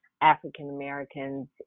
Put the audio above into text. African-Americans